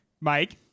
mike